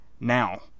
now